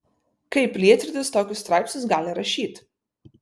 kaip lietrytis tokius straipsnius gali rašyt